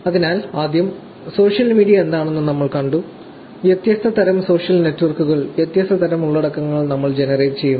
അതിനാൽ ആദ്യം social media എന്താണെന്ന് നമ്മൾ കണ്ടു വ്യത്യസ്ത തരം സോഷ്യൽ നെറ്റ്വർക്കുകൾ വ്യത്യസ്ത തരം ഉള്ളടക്കങ്ങൾ നമ്മൾ ജനറേറ്റ് ചെയ്യുന്നു